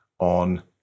On